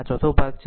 આ ચોથું ભાગ છે